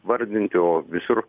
vardinti o visur